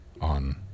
on